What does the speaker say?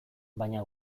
baina